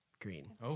green